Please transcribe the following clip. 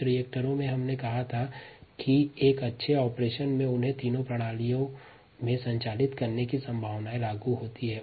कुछ रिएक्टर्स को तीनों कार्यप्रणाली में संचालित करने की संभावनाएं लागू होती हैं